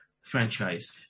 franchise